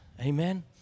Amen